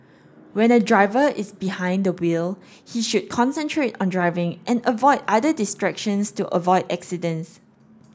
when a driver is behind the wheel he should concentrate on driving and avoid other distractions to avoid accidents